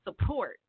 support